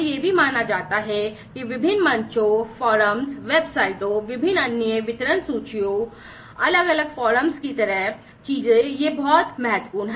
यह भी माना जाता है कि विभिन्न मंचों की तरह चीजें ये बहुत महत्वपूर्ण हैं